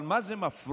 אבל מה זה מפריע?